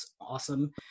awesome